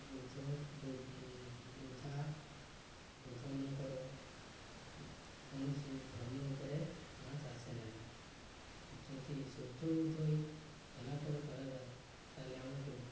ବୃଦ୍ଧ ବୃଦ୍ଧା ବୃଦ୍ଧମାନଙ୍କର କୌଣସି ଧର୍ମ ଉପରେ ଆଂଚ୍ ଆସେ ନାହିଁ ଯଦି ସୂର୍ଯ୍ୟ ଉଦୟ ହେଲା ପରେ କରାଯାଏ ତାହେଲେ ଆମକୁ